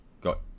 got